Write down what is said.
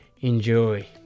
Enjoy